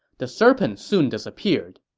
the serpent soon disappeared.